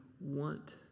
want